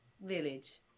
village